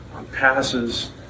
passes